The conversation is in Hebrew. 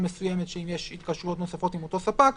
מסוימת שאם יש התקשרויות נוספות עם אותו ספק,